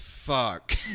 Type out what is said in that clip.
Fuck